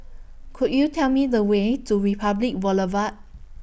Could YOU Tell Me The Way to Republic Boulevard